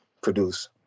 produce